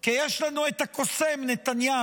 כי יש לנו את הקוסם נתניהו.